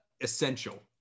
essential